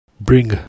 bring